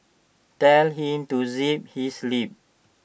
tell him to zip his lip